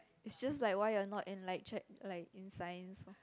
it's just like why you're not in like check like science